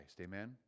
Amen